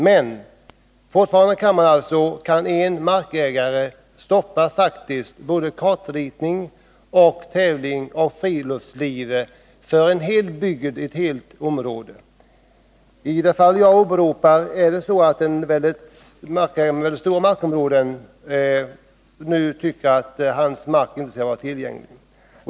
Men fortfarande kan en markägare faktiskt stoppa såväl kartritning som tävling och friluftsliv för en hel bygd. I det fall jag åberopar har en markägare med verkligt stora områden tyckt att hans mark inte skall vara tillgänglig.